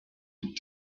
went